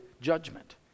judgment